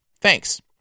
Thanks